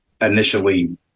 initially